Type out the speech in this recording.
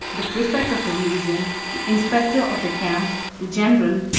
the praefect of a legion, the inspector of the camp, the general,